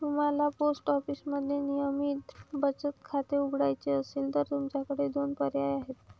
तुम्हाला पोस्ट ऑफिसमध्ये नियमित बचत खाते उघडायचे असेल तर तुमच्याकडे दोन पर्याय आहेत